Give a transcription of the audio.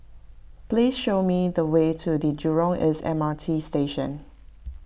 please show me the way to the Jurong East M R T Station